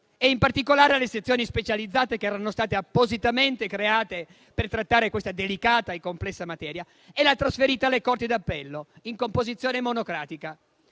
in particolare alle sezioni specializzate che erano state appositamente create per trattare questa delicata e complessa materia, e l'ha trasferita alle corti d'appello in composizione monocratica,